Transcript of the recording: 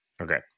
Okay